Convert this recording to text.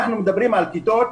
אנחנו מדברים על כיתות,